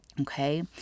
Okay